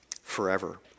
forever